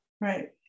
Right